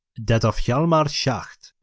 that of hjalmar schacht.